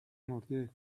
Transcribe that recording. مرده